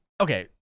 Okay